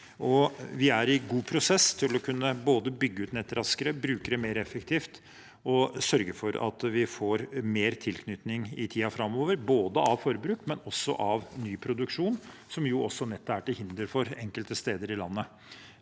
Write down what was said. Vi er i god prosess til å kunne bygge ut nett raskere, bruke det mer effektivt og sørge for at vi får mer tilknytning i tiden framover, både av forbruk og også av ny produksjon, som jo nettet er til hinder for enkelte steder i landet.